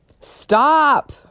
Stop